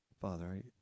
Father